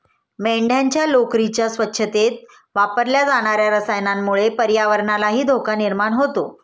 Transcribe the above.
मेंढ्यांच्या लोकरीच्या स्वच्छतेत वापरल्या जाणार्या रसायनामुळे पर्यावरणालाही धोका निर्माण होतो